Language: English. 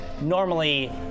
normally